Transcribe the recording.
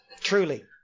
Truly